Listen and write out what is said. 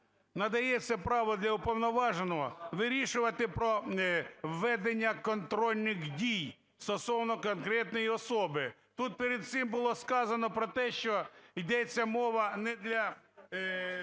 надається право для уповноваженого вирішувати про введення контрольних дій стосовно конкретної особи. Тут перед цим було сказано про те, що йдеться мова не для…